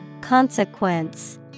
Consequence